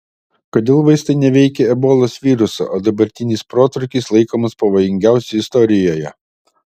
kodėl vaistai neveikia ebolos viruso o dabartinis protrūkis laikomas pavojingiausiu istorijoje